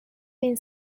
این